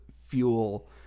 fuel